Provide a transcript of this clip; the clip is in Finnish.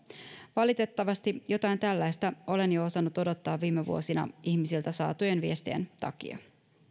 valitettavasti jotain tällaista olen jo osannut odottaa viime vuosina ihmisiltä saatujen viestien takia